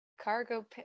cargo